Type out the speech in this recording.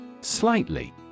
Slightly